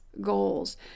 goals